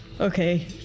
Okay